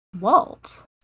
Walt